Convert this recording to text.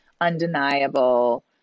undeniable